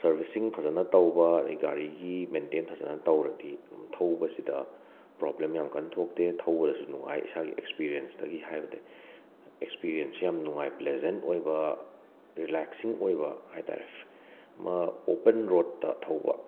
servicing ꯐꯖꯟꯅ ꯇꯧꯕ ꯑꯗꯩ ꯒꯥꯔꯤꯒꯤ ꯃꯦꯟꯇꯦꯟ ꯐꯖꯅ ꯇꯧꯔꯗꯤ ꯑꯗꯨꯝ ꯊꯧꯕꯁꯤꯗ ꯄ꯭ꯔꯣꯕ꯭ꯂꯦꯝ ꯌꯥꯝ ꯀꯟ ꯊꯣꯛꯇꯦ ꯊꯧꯕꯗꯁꯨ ꯅꯨꯡꯉꯥꯏ ꯏꯁꯥꯒꯤ ꯑꯦꯛꯁꯄꯤꯔꯦꯟꯁꯇꯒꯤ ꯍꯥꯏꯕꯗ ꯑꯦꯛꯁꯄꯤꯔꯦꯟꯁꯦ ꯌꯥꯝ ꯅꯨꯡꯉꯥꯏ ꯄ꯭ꯂꯦꯁꯦꯟ ꯑꯣꯏꯕ ꯔꯤꯂꯦꯛꯁꯤꯡ ꯑꯣꯏꯕ ꯍꯥꯏ ꯇꯥꯔꯦ ꯃꯥ ꯑꯣꯄꯟ ꯔꯣꯠꯇ ꯊꯧꯕ